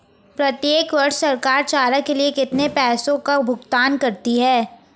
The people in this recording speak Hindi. प्रत्येक वर्ष सरकार चारा के लिए कितने पैसों का भुगतान करती है?